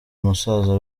musaza